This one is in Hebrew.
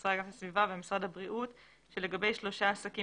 המשרד להגנת הסביבה ומשרד הבריאות שלגבי שלושה עסקים